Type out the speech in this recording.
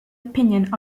opinion